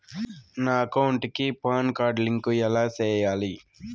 నా అకౌంట్ కి PAN card link ఎలా సేయాలి